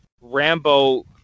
Rambo